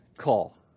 Call